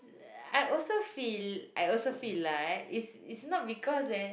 I also feel I also feel lah it's it's not because eh